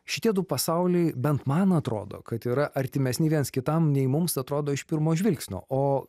šitie du pasauliai bent man atrodo kad yra artimesni vienas kitam nei mums atrodo iš pirmo žvilgsnio o